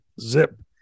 zip